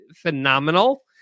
phenomenal